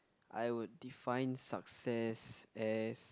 I would define success as